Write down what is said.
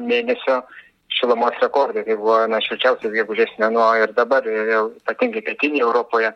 mėnesio šilumos rekordai tai buvo na šilčiausias gegužės mėnuo ir dabar vėl ypatingai pietinėj europoje